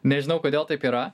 nežinau kodėl taip yra